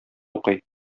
укый